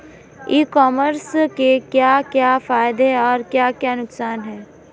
ई commerce के क्या क्या फायदे और क्या क्या नुकसान है?